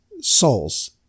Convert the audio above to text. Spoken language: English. souls